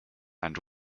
and